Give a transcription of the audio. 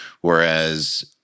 whereas